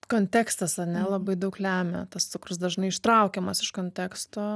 kontekstas ane labai daug lemia tas cukrus dažnai ištraukiamas iš konteksto